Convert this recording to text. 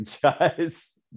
franchise